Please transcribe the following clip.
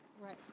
Right